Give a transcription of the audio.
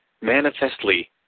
manifestly